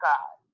God